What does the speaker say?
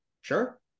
sure